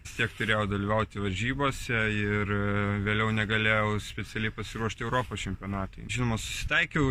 vistiek turėjau dalyvauti varžybose ir vėliau negalėjau specialiai pasiruošti europos čempionatui žinoma susitaikiau